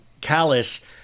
callous